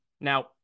Now